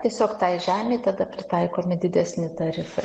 tiesiog tai žemei tada pritaikomi didesni tarifai